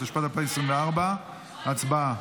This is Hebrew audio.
התשפ"ד 2024. הצבעה.